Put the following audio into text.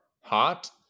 hot